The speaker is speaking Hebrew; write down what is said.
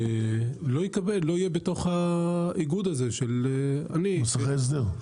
לא יהיה בתוך האיגוד הזה של --- מוסכי ההסדר?